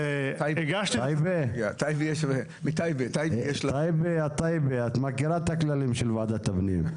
טייבה --- את מכירה את הכללים של ועדת הפנים.